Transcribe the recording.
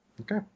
Okay